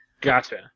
Gotcha